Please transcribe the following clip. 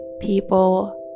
people